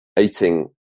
eating